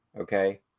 Okay